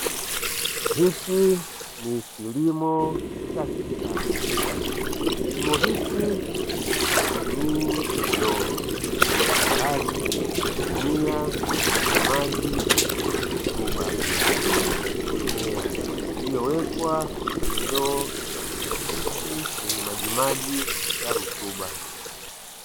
Hiki ni kilimo cha kisasa kilimo hiki hakitumii udongo bali kina tumia majimaji yenye rotuba. Hii ni mimea iliyowekwa kwenye ndoo za plastiki zenye maji maji ya rotuba.